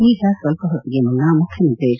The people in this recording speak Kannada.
ಈಗ ಸ್ವಲ್ಪ ಹೊತ್ತಿಗೆ ಮುನ್ನ ಮುಖ್ಯಮಂತ್ರಿ ಎಚ್